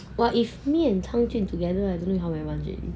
!wah! if and tangjun together I don't know how many months already